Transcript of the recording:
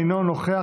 אינו נוכח,